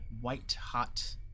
white-hot